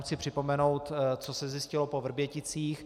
Chci jenom připomenout, co se zjistilo po Vrběticích.